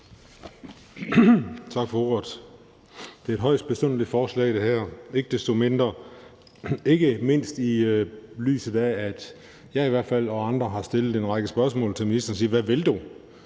Tak for ordet. Det her er et højst besynderligt forslag, ikke mindst i lyset af at i hvert fald jeg og andre har stillet en række spørgsmål til ministeren og spurgt: Hvad vil du,